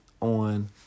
on